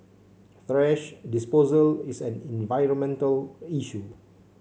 thrash disposal is an environmental issue